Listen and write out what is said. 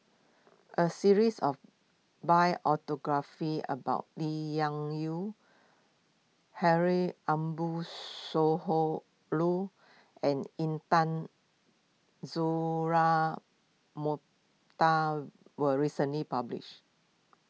a series of about Lee Yew Ambo and Intan Azura Mokhtar was recently published